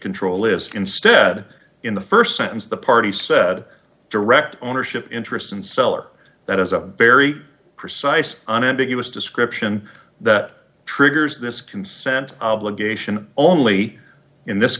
control lives instead in the st sentence the party said direct ownership interests and seller that is a very precise unambiguous description that triggers this consent obligation only in this